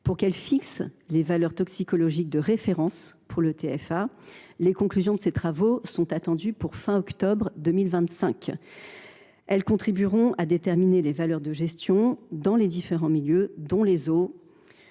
pour qu’elle fixe les valeurs toxicologiques de référence pour le TFA. Les conclusions de ces travaux sont attendues pour fin octobre 2025. Elles contribueront à déterminer les valeurs de gestion dans les différents milieux, dont les eaux,